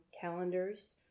calendars